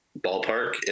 ballpark